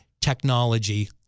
technology